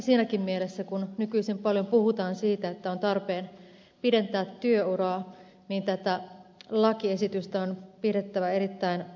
siinäkin mielessä kun nykyisin paljon puhutaan siitä että on tarpeen pidentää työuraa tätä lakiesitystä on pidettävä erittäin perusteltuna